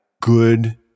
good